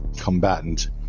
combatant